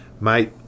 mate